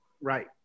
Right